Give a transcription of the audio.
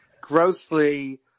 grossly